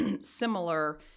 similar